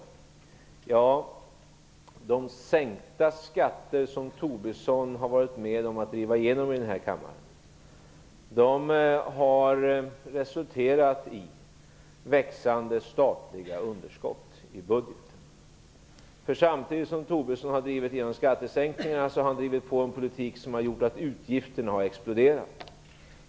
Ja, de sänkta skatter som Tobisson har varit med om att driva igenom i kammaren har resulterat i växande statliga underskott i budgeten. Samtidigt som Tobisson har drivit igenom skattesänkningarna har han drivit på en politik som har gjort att utgifterna har exploderat.